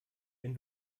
wenn